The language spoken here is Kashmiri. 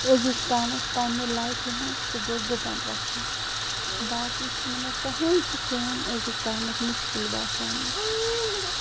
أزیُک تامَتھ پَنٛنہِ لایفہِ منٛز سُہ گوٚو گُپَن رَچھُن باقٕے چھِنہٕ مےٚ کٕہٕنۍ تہِ کٲم أزیُک تامَتھ مُشکِل باسیمٕژ